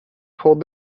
pulled